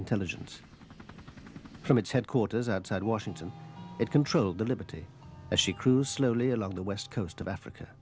intelligence from its headquarters outside washington it controlled the liberty as she crew slowly along the west coast of africa